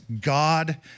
God